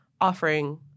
offering